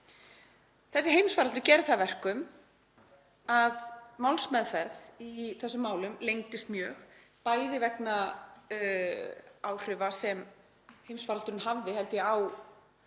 Þessi heimsfaraldur gerði það að verkum að málsmeðferð í þessum málum lengdist mjög, bæði vegna áhrifa sem heimsfaraldurinn hafði á